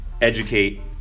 educate